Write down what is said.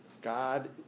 God